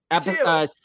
two